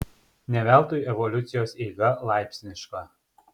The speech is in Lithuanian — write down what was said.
ne veltui evoliucijos eiga laipsniška